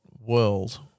world